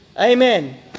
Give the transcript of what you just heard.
amen